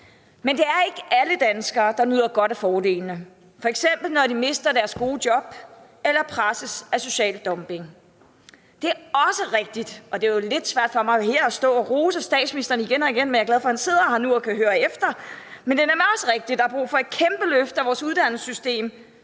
men det er ikke alle danskere, der nyder godt af fordelene, f.eks. når de mister deres gode job eller presses af social dumping. Det er også rigtigt – det er lidt svært for mig her at stå og rose statsministeren igen og igen, men jeg er glad for, at han sidder her nu og kan høre efter – at der brug for et kæmpe løft af vores uddannelsessystem,